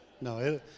No